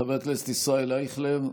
חבר הכנסת ישראל אייכלר,